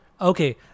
Okay